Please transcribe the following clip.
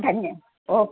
धन्य ओ